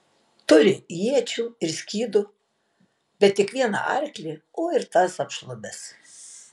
turi iečių ir skydų bet tik vieną arklį o ir tas apšlubęs